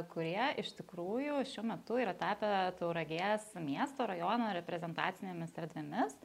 kurie iš tikrųjų šiuo metu yra tapę tauragės miesto rajono reprezentacinėmis erdvėmis